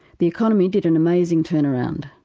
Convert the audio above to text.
the economy did an amazing turnaround.